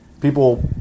people